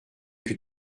que